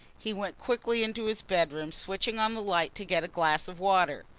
he went quickly into his bedroom, switching on the light, to get a glass of water.